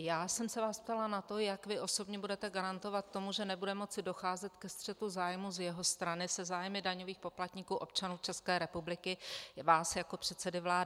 Já jsem se vás ptala na to, jak vy osobně budete garantovat, že nebude moci docházet ke střetu zájmů z jeho strany se zájmy daňových poplatníků, občanů České republiky, vás jako předsedy vlády.